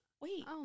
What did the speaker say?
wait